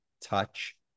touch